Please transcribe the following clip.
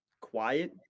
quiet